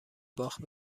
باخت